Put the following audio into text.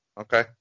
Okay